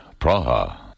Praha